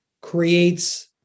creates